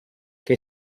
che